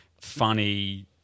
funny